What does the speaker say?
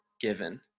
given